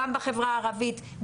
גם בחברה הערבית,